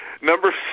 number